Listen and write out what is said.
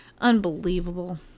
Unbelievable